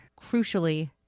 crucially